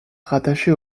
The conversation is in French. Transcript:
rattaché